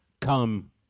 come